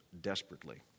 desperately